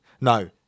No